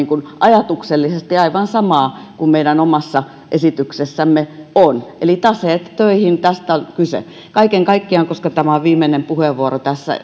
ajatuksellisesti aivan samaa kuin meidän omassa esityksessämme on eli taseet töihin tästä on kyse kaiken kaikkiaan koska tämä on viimeinen puheenvuoro tässä